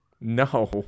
No